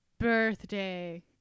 birthday